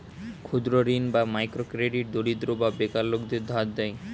ক্ষুদ্র ঋণ বা মাইক্রো ক্রেডিট দরিদ্র বা বেকার লোকদের ধার দেয়